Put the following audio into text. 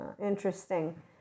interesting